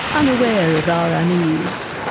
unaware of our unease.